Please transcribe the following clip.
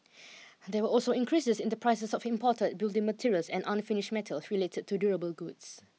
there were also increases in the prices of imported building materials and unfinished metals related to durable goods